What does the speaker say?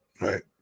right